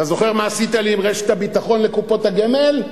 אתה זוכר מה עשית לי עם רשת הביטחון לקופות הגמל?